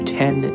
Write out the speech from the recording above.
ten